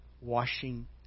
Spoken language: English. washing